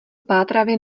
pátravě